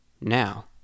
now